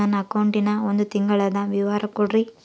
ನನ್ನ ಅಕೌಂಟಿನ ಒಂದು ತಿಂಗಳದ ವಿವರ ಕೊಡ್ರಿ?